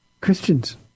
Christians